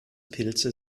pilze